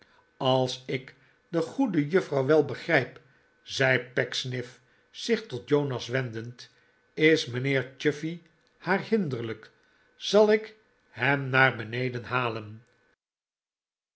als ik de goede juffrouw wel begrijp zei pecksniff zich tot jonas wendend is mijnheer chuffey haar hinderlijk zal ik hem naar beneden halen